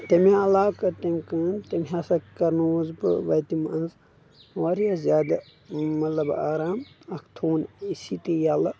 تمہِ علاو کٔر تٔمۍ کٲم تٔمۍ ہسا کرنووُس بہٕ وتہِ منٛز واریاہ زیادٕ مطلب آرام اکھ تھون اے سی تہِ ییٚلہٕ